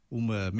uma